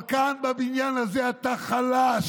אבל כאן בבניין הזה אתה חלש.